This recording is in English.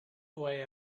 why